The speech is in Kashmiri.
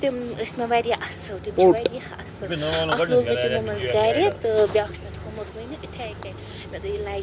تِم ٲسۍ مےٚ واریاہ اصٕل تِم چھِ واریاہ اصٕل اَکھ لوگ مےٚ تِمو منٛز گھرِ تہٕ بیٛاکھ چھُ مےٚ تھومُت ؤنہِ یتھے کٔنۍ مےٚ دوٚپ یہِ لگہِ